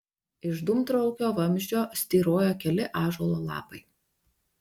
iš dūmtraukio vamzdžio styrojo keli ąžuolo lapai